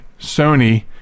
Sony